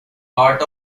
part